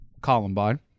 Columbine